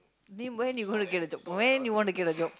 then when you gonna get a job when you wanna get a job